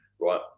right